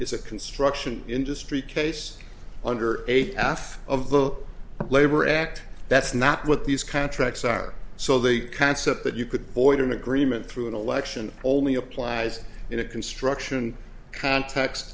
a construction industry case under age half of the labor act that's not what these contracts are so the concept that you could void an agreement through an election only applies in a construction context